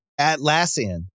Atlassian